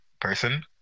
person